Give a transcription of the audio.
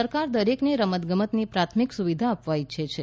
સરકાર દરેકને રમતગમતની પ્રાથમિક સુવિધા આપવા ઇચ્છે છે